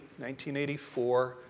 1984